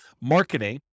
marketing